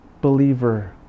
believer